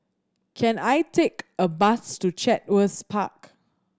can I take a bus to Chatsworth Park